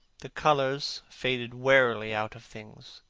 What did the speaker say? the colours faded wearily out of things.